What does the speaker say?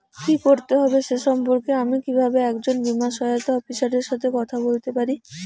কী করতে হবে সে সম্পর্কে আমি কীভাবে একজন বীমা সহায়তা অফিসারের সাথে কথা বলতে পারি?